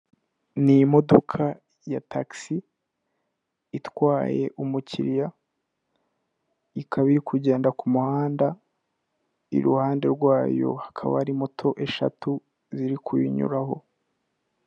Ni modoka ya tagisi itwaye umukiriya, ikaba iri kugenda ku muhanda, iruhande rwayo hakaba hari moto eshatu ziri kuyinyuraho.